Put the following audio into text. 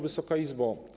Wysoka Izbo!